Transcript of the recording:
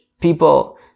people